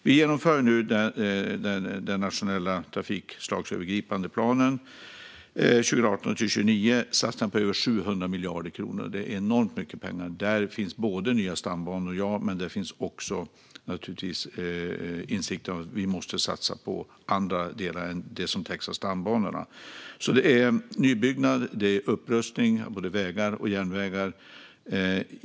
Vi genomför nu den nationella trafikslagsövergripande planen 2018-2029 med satsningar på över 700 miljarder kronor. Det är enormt mycket pengar. Där finns nya stambanor, ja, men där finns också insikten att vi måste satsa på andra delar än det som täcks av stambanorna. Det är nybyggnad, och det är upprustning av både vägar och järnvägar.